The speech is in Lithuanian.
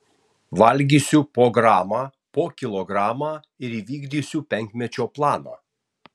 valgysiu po gramą po kilogramą ir įvykdysiu penkmečio planą